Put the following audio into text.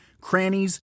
crannies